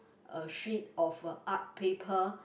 a sheet of a art paper